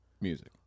music